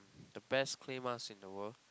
the best clay mask in the world